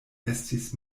estis